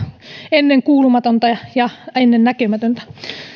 ennenkuulumatonta ja ennennäkemätöntä